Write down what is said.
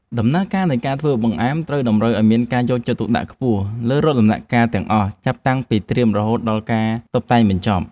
ដំណើរការនៃការធ្វើបង្អែមតម្រូវឱ្យមានការយកចិត្តទុកដាក់ខ្ពស់លើរាល់ដំណាក់កាលទាំងអស់ចាប់តាំងពីការត្រៀមរហូតដល់ការតុបតែងបញ្ចប់។